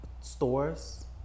stores